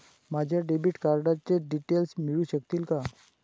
माझ्या डेबिट कार्डचे डिटेल्स मिळू शकतील का?